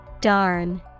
Darn